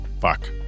Fuck